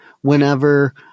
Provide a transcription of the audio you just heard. whenever